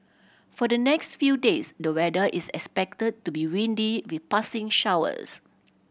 for the next few days the weather is expected to be windy with passing showers